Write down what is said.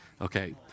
Okay